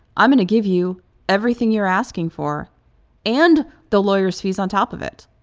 i'm going to give you everything you're asking for and the lawyer's fees on top of it.